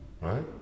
right